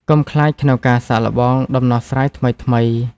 កុំខ្លាចក្នុងការសាកល្បងដំណោះស្រាយថ្មីៗ។